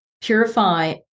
purify